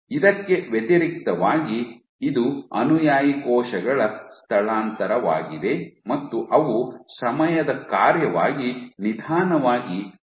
ಇದಕ್ಕೆ ವ್ಯತಿರಿಕ್ತವಾಗಿ ಇದು ಅನುಯಾಯಿ ಕೋಶಗಳ ಸ್ಥಳಾಂತರವಾಗಿದೆ ಮತ್ತು ಅವು ಸಮಯದ ಕಾರ್ಯವಾಗಿ ನಿಧಾನವಾಗಿ ವಲಸೆ ಹೋಗುತ್ತವೆ